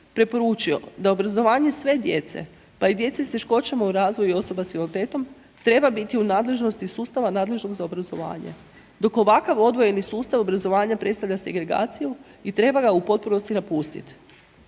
preporučio, da obrazovanje sve djece, pa i djece s teškoćama u razvoju i osoba s invaliditetom, treba biti u nadležnosti sustava nadležnog za obrazovanje, dok ovakav odvojeni sustav obrazovanja predstavlja segregaciju i treba ga u potpunosti napustiti.